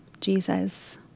Jesus